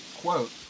quote